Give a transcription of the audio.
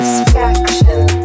Satisfaction